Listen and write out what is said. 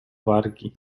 wargi